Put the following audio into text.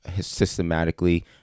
systematically –